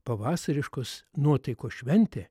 pavasariškos nuotaikos šventė